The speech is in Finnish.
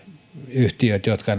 yhtiöt jotka